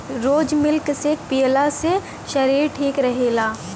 रोज milk shake पियला से शरीर ठीक रहेला